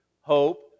hope